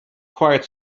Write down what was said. quite